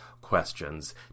questions